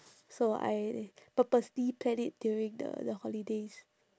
so I purposely planned it during the the holidays